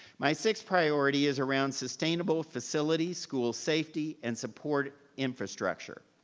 my sixth priority is around sustainable facilities, school safety, and support infrastructure.